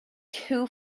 too